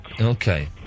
Okay